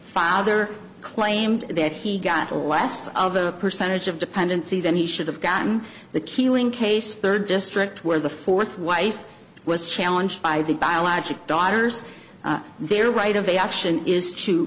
father claimed that he got a less of a percentage of dependency than he should've gotten the killing case third district where the fourth wife was challenged by the biologic daughters their right of a option is to